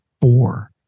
four